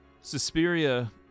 Suspiria